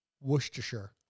Worcestershire